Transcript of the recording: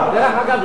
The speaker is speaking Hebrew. דרך אגב,